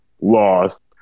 lost